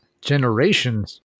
Generations